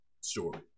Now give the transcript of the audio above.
story